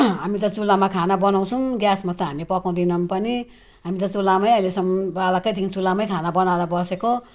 हामी त चुल्हामा खाना बनाउँछौँ ग्यासमा त हामी पकाउँदैनौँ पनि हामी त चुल्हामै अहिलेसम्म बालकैदेखि चुल्हामै खाना बनाएर बसेको